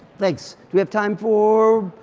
thanks. do we have time for.